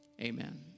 amen